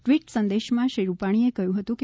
tweet સંદેશમાં શ્રી રૂપાણીએ કહ્યું હતું કે